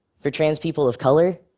for trans people of color,